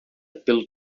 pelo